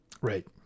Right